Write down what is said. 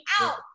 out